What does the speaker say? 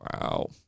wow